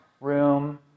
room